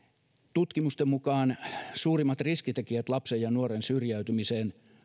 tutkimusten mukaan suurimmat riskitekijät lapsen ja nuoren syrjäytymiseen